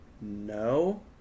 no